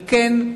על כן,